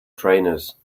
trainers